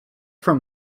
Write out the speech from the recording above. from